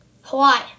Hawaii